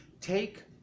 take